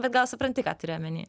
bet gal supranti ką turiu omeny